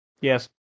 Yes